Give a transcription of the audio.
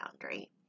boundary